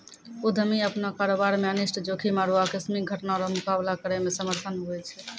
उद्यमी अपनो कारोबार मे अनिष्ट जोखिम आरु आकस्मिक घटना रो मुकाबला करै मे समर्थ हुवै छै